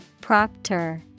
Proctor